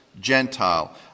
Gentile